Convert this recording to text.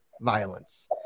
violence